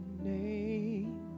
name